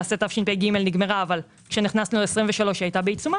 תשפ"ג נגמרה אבל כשנכנסנו ל-23' הייתה בעיצומה,